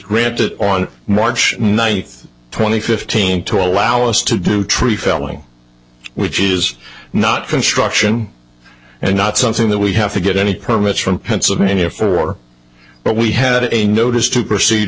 granted on march ninth twenty fifteen to allow us to do tree felling which is not construction and not something that we have to get any permits from pennsylvania for but we had a notice to proceed